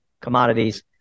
commodities